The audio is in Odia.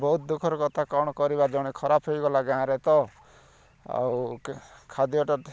ବହୁତ ଦୁଃଖର କଥା କ'ଣ କରିବା ଜଣେ ଖରାପ ହେଇଗଲା ଗାଁରେ ତ ଆଉ ଖାଦ୍ୟଟା